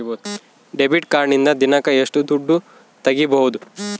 Debit ಕಾರ್ಡಿನಿಂದ ದಿನಕ್ಕ ಎಷ್ಟು ದುಡ್ಡು ತಗಿಬಹುದು?